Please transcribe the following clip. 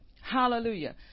Hallelujah